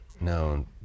No